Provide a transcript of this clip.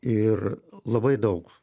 ir labai daug